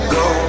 go